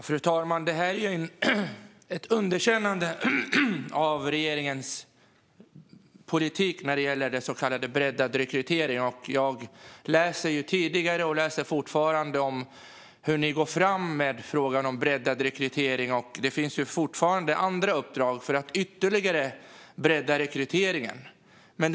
Fru talman! Detta är ett underkännande av regeringens politik vad gäller breddad rekrytering. Jag fortsätter att läsa om hur ni går fram med frågan om breddad rekrytering, och det finns fortfarande andra uppdrag för att bredda rekryteringen ytterligare.